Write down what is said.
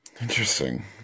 interesting